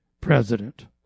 president